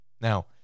Now